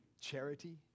charity